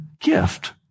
gift